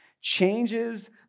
changes